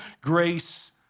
grace